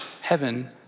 heaven